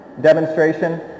demonstration